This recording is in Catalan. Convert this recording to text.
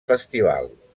festival